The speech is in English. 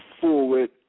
forward